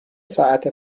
ساعت